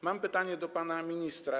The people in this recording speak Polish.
Mam pytanie do pana ministra.